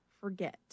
forget